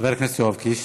חבר הכנסת יואב קיש,